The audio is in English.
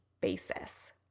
basis